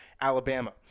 Alabama